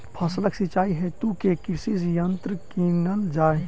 फसलक सिंचाई हेतु केँ कृषि यंत्र कीनल जाए?